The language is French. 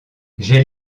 j’ai